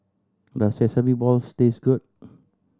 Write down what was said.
does sesame balls taste good